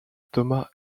thomas